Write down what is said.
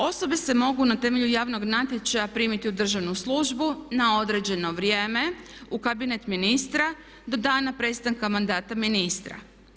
Osobe se mogu na temelju javnog natječaja primiti u državnu službu na određeno vrijeme u kabinet ministra do dana prestanka mandata ministra.